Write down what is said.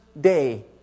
day